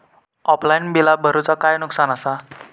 Offline बिला भरूचा काय नुकसान आसा?